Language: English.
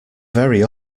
very